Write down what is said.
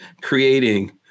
creating